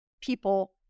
people